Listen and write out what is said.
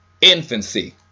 infancy